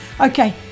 Okay